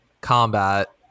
combat